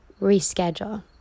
reschedule